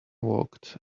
walked